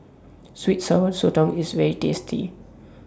Sweet and Sour Sotong IS very tasty